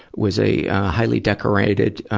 was a, ah, highly decorated, ah,